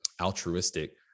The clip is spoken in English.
altruistic